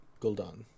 Gul'dan